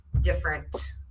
different